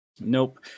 Nope